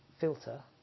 filter